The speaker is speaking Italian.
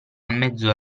mezzo